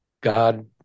God